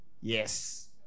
Yes